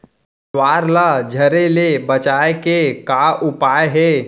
ज्वार ला झरे ले बचाए के का उपाय हे?